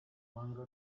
manga